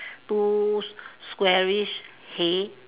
two squarish hay